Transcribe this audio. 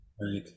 Right